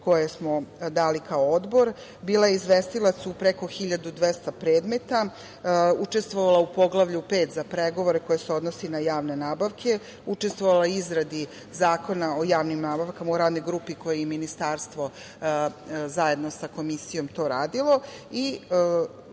koje smo dali kao Odbor. Bila je izvestilac u preko 1.200 predmeta. Učestvovala je u Poglavlju 5. za pregovore koje se odnose na javne nabavke, učestvovala je u izradi Zakona o javnim nabavkama u radnoj grupi koje je i ministarstvo, zajedno sa Komisijom, to radilo.